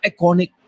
iconic